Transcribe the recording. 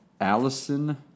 Allison